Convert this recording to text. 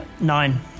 Nine